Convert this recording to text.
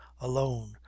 alone